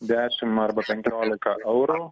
dešim arba penkiolika eurų